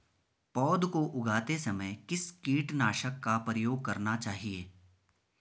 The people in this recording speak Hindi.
पौध को उगाते समय किस कीटनाशक का प्रयोग करना चाहिये?